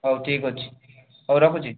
ହଉ ଠିକ୍ ଅଛି ହଉ ରଖୁଛି